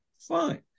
Fine